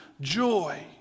joy